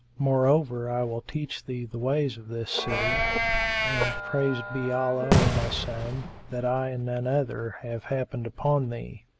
moreover i will teach thee the ways of this city and, praised be allah, o my son, that i, and none other have happened upon thee.